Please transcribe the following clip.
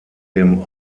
dem